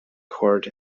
court